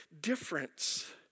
difference